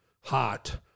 hot